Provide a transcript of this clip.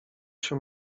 się